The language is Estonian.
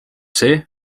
see